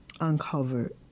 uncovered